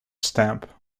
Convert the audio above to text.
stamp